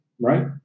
right